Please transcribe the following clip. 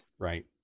right